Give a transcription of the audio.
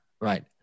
right